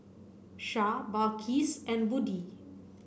Shah Balqis and Budi